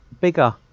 bigger